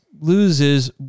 loses